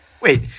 Wait